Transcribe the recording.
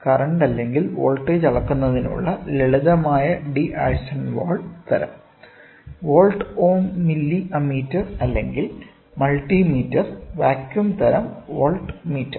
current അല്ലെങ്കിൽ voltage അളക്കുന്നതിനുള്ള ലളിതമായ ഡി ആഴ്സൺവാൾ D Arsonval തരം വോൾട്ട് ഓം മില്ലി അമ്മീറ്റർ അല്ലെങ്കിൽ മൾട്ടി മീറ്റർ വാക്വം തരം വോൾട്ട്മീറ്റർ